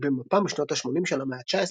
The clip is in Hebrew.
במפה משנות ה-80 של המאה ה-19,